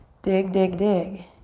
dig, dig, dig.